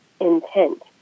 intent